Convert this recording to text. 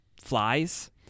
flies